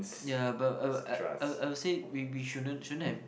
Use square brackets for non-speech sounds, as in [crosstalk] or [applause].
ya but [noise] I'll say we we shouldn't shouldn't have